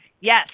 Yes